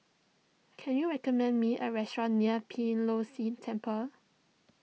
can you recommend me a restaurant near Beeh Low See Temple